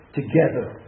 together